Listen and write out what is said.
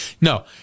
No